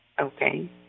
Okay